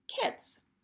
kits